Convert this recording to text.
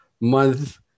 month